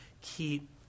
keep